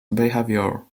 behavior